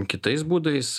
kitais būdais